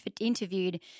interviewed